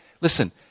listen